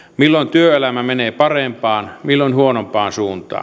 työelämä menee parempaan milloin huonompaan suuntaan